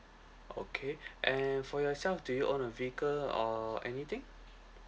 okay and for yourself do you own a vehicle or anything